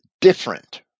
different